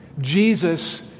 Jesus